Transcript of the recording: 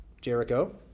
Jericho